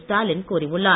ஸ்டாவின் கூறியுள்ளார்